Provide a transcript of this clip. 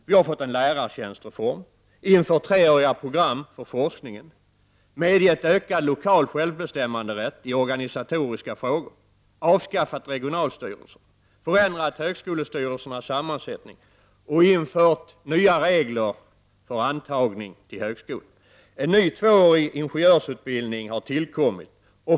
Vi har fått en lärartjänstreform, infört treåriga program för forskningen, medgett ökad lokal bestämmanderätt i organisatoriska frågor, avskaffat regionalstyrelser, förändrat högskolestyrelsernas sammansättning och infört nya regler för antagning till högskolan. En ny tvåårig ingenjörsutbildning har tillkommit.